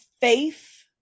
faith